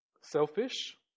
selfish